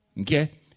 Okay